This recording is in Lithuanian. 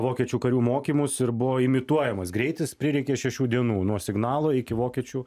vokiečių karių mokymus ir buvo imituojamas greitis prireikė šešių dienų nuo signalo iki vokiečių